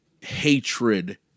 hatred